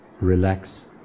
relax